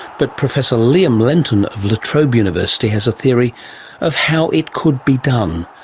but professor liam lenten of la trobe university has a theory of how it could be done,